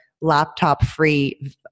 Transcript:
laptop-free